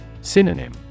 Synonym